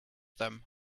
them